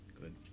Good